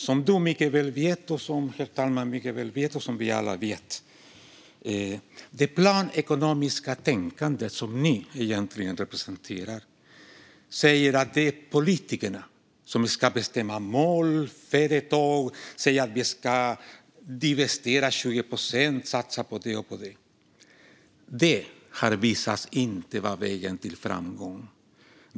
Som du, Ilona Szatmári Waldau, herr talmannen och vi alla mycket väl vet säger det planekonomiska tänkande som ni egentligen representerar att det är politikerna som ska bestämma mål för företagen, säga att vi ska divestera 20 procent och satsa på det ena eller det andra. Det har visat sig inte vara vägen till framgång.